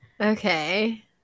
okay